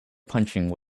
punching